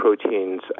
proteins